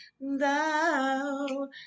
thou